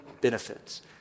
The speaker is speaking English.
benefits